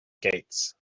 gates